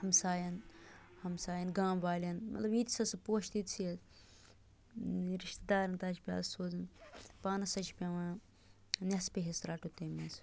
ہَمسایَن ہَمسایَن گام والٮ۪ن مطلب ییٖتِس حظ سُہ پوشہِ تِتۍسٕے حظ رِشتہٕ دارَن تہِ حظ چھِ پٮ۪وان سوزٕنۍ پانَس حظ چھِ پٮ۪وان نٮ۪صفہٕ حصہٕ رَٹُن تَمہِ منٛز